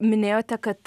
minėjote kad